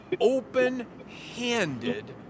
open-handed